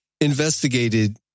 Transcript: investigated